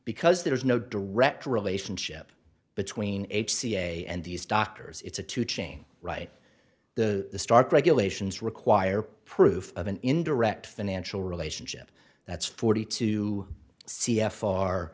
because there is no direct relationship between h c a and these doctors it's a two chain right the start regulations require proof of an indirect financial relationship that's forty two